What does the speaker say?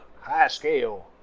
High-scale